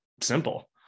simple